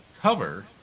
cover